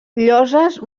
lloses